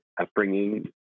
upbringing